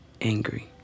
angry